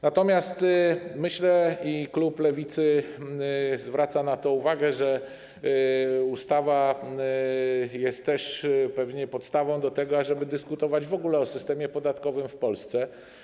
Natomiast myślę - i klub Lewicy zwraca na to uwagę - że ten projekt jest też pewnie podstawą do tego, żeby dyskutować w ogóle o systemie podatkowym w Polsce.